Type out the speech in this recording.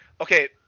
okay